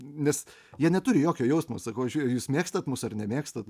nes jie neturi jokio jausmo sakau žiek jūs mėgstat mus ar nemėgstat